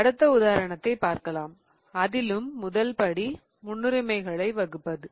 அடுத்த உதாரணத்தைப் பார்க்கலாம் அதிலும் முதல் படி முன்னுரிமைகளை வகுப்பது